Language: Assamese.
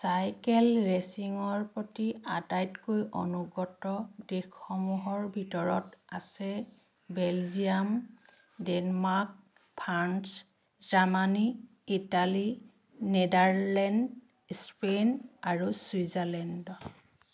চাইকেল ৰেচিঙৰ প্ৰতি আটাইতকৈ অনুগত দেশসমূহৰ ভিতৰত আছে Belgium Denmark France Germany Italy Netherlands Spain আৰু ছুইজাৰলেণ্ড